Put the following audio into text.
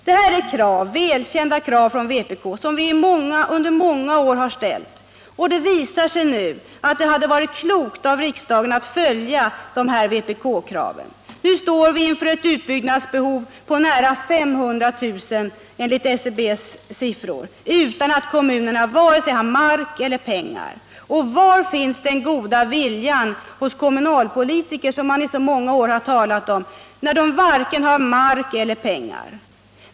Detta är krav som vpk under många år ställt, och det visar sig nu att det hade varit klokt av riksdagen att fatta beslut i enlighet med dessa vpk-krav. Nu står vi inför ett utbyggnadsbehov på nära 500 000 platser enligt SCB:s siffror utan att kommunerna har vare sig mark eller pengar. Och var finns kommunalpolitikernas goda vilja, som man i så många år har talat om, när de varken har mark eller pengar?